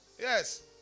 Yes